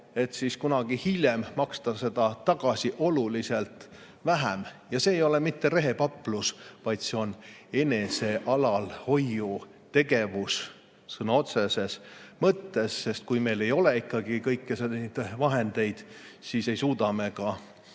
et siis kunagi hiljem maksta seda tagasi oluliselt vähem. See ei ole mitte rehepaplus, see on enesealalhoiutegevus sõna otseses mõttes, sest kui meil ei ole kõiki [vajalikke] vahendeid, siis ei suuda me